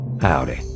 Howdy